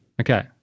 Okay